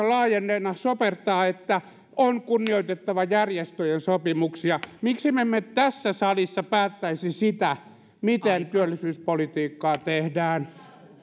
laajenneina sopertaa että on kunnioitettava järjestöjen sopimuksia miksi me emme tässä salissa päättäisi sitä miten työllisyyspolitiikkaa tehdään arvoisa puhemies